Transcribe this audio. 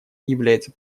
является